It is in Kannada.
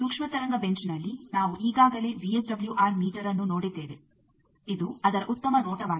ಸೂಕ್ಷ್ಮತರಂಗ ಬೆಂಚ್ನಲ್ಲಿ ನಾವು ಈಗಾಗಲೇ ವಿಎಸ್ಡಬ್ಲ್ಯೂಆರ್ ಮೀಟರ್ಅನ್ನು ನೋಡಿದ್ದೇವೆ ಇದು ಅದರ ಉತ್ತಮ ನೋಟವಾಗಿದೆ